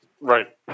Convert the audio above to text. Right